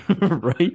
Right